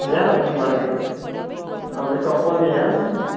या ना तुम्ही मार्केटमध्ये आपल्या शॉपमध्ये या आणि घेऊन जा